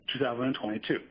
2022